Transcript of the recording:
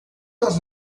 das